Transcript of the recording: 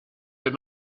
had